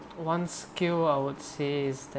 one skill I would say is that